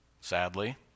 sadly